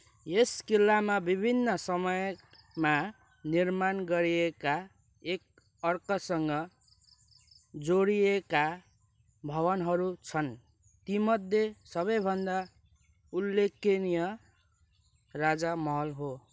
यस किल्लामा विभिन्न समयमा निर्माण गरिएका एकअर्कासँग जोडिएका भवनहरू छन् तीमध्ये सबैभन्दा उल्लेखनीय राजा महल हो